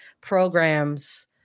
programs